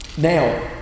Now